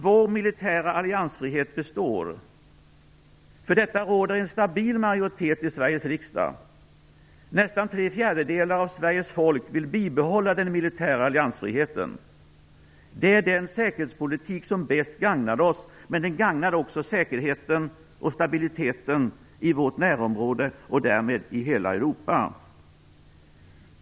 Vår militära alliansfrihet består. För detta råder en stabil majoritet i Sveriges riksdag. Nästan tre fjärdedelar av Sveriges folk vill bibehålla den militära alliansfriheten. Det är den säkerhetspolitik som bäst gagnar oss, men den gagnar också säkerheten och stabiliteten i vårt närområde och därmed i hela Europa.